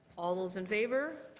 all those in favor?